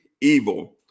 evil